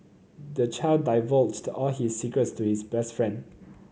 the child divulged all his secrets to his best friend